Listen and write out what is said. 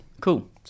Cool